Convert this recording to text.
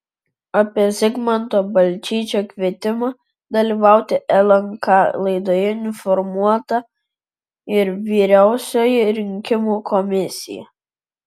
apie zigmanto balčyčio kvietimą dalyvauti lnk laidoje informuota ir vyriausioji rinkimų komisija